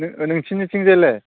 नों नोंसिनिथिं जायलाय